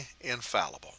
infallible